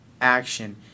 action